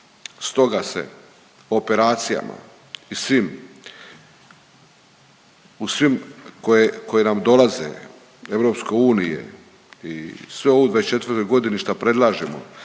Stoga se operacijama i svim, u svim koje nam dolaze Europsko unije i sve ovo u '24. g. šta predlažemo,